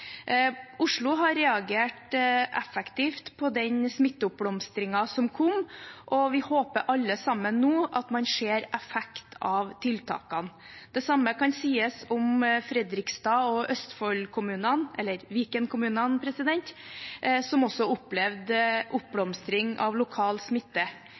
Oslo har reagert effektivt på den smitteoppblomstringen som kom, og vi håper alle sammen nå at man ser effekt av tiltakene. Det samme kan sies om Fredrikstad og Viken-kommunene som også opplevde oppblomstring av lokal smitte.